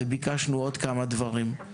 וביקשנו עוד כמה דברים.